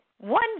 One